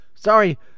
sorry